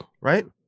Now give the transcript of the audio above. right